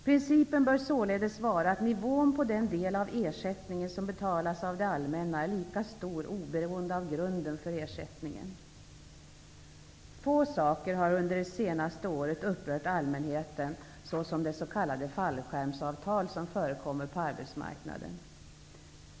Principen bör således vara att nivån på den del av ersättningen som betalas av det allmänna är lika stor oberoende av grunden för ersättningen. Få saker har under det senaste året upprört allmänheten så som de s.k. fallskärmsavtal som förekommer på arbetsmarknaden.